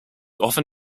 often